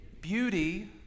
Beauty